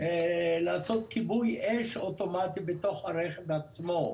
לעשות כיבוי אש אוטומטי בתוך הרכב עצמו.